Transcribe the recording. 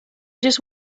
just